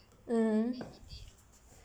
mm